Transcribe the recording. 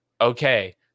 okay